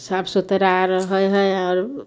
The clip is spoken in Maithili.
साफ सुथरा आर रहय हइ आओर उ